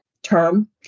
term